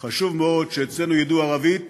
חשוב מאוד שאצלנו ידעו ערבית